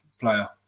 player